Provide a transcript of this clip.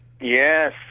Yes